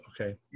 okay